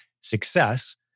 success